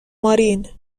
مارین